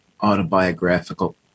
autobiographical